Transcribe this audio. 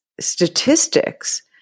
statistics